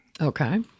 okay